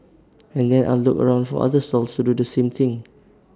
and then I'll look around for other stalls to do the same thing